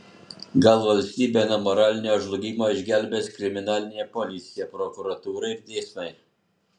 gal valstybę nuo moralinio žlugimo išgelbės kriminalinė policija prokuratūra ir teismai